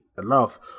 Enough